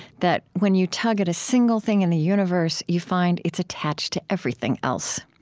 that when you tug at a single thing in the universe, you find it's attached to everything else.